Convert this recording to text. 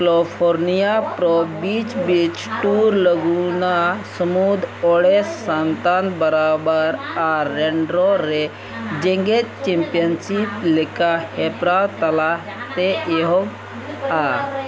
California pro beach beach tour ᱞᱟᱹᱜᱤᱫ ᱚᱱᱟ ᱥᱟᱹᱢᱩᱫᱽ ᱟᱲᱮ ᱥᱟᱱᱛᱟᱱ ᱵᱚᱨᱟᱵᱚᱨ ᱟᱨ ᱨᱮᱱᱰᱨᱳ ᱨᱮ ᱡᱮᱸᱜᱮᱫ ᱪᱚᱢᱯᱤᱭᱚᱱᱥᱤᱯ ᱞᱮᱠᱟ ᱦᱮᱯᱨᱟᱣ ᱛᱟᱞᱟᱛᱮ ᱮᱦᱚᱵᱚᱜᱼᱟ